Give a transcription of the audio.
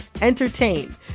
entertain